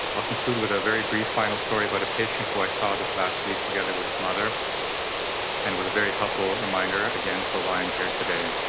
ah conclude with a very brief final story about a patient who i saw this last week together with his mother and it was a very helpful reminder again for why i am here today.